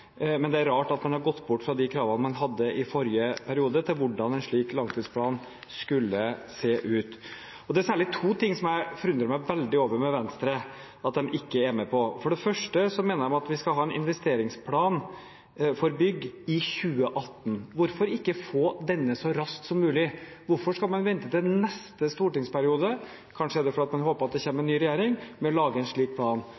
men det er rart at man har gått bort fra de kravene man hadde i forrige periode til hvordan en slik langtidsplan skulle se ut. Det er særlig to ting jeg forundrer meg over at Venstre ikke er med på. For det første mener de at vi skal ha en investeringsplan for bygg i 2018. Hvorfor ikke få denne så raskt som mulig? Hvorfor skal man vente til neste stortingsperiode? Kanskje er det fordi man håper at det kommer en ny regjering. Det andre er: Hvorfor er man ikke med på forslaget fra de rød-grønne om en plan